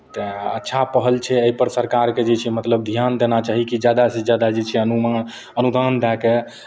तऽ अच्छा पहल छै एहिपर सरकारकेँ जे छै मतलब धियान देना चाही कि जादासँ जादा जे छै अनुमान अनुदान दए कऽ